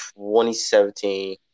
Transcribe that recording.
2017